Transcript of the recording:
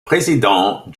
président